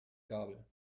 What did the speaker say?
gabel